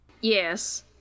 Yes